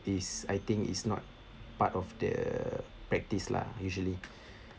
is I think is not part of the practice lah usually